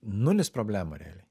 nulis problemų realiai